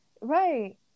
right